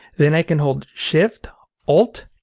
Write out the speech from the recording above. then i can hold shift alt,